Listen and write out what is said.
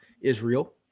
Israel